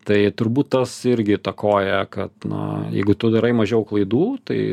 tai turbūt tas irgi įtakoja kad na jeigu tu darai mažiau klaidų tai